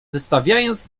wystawiając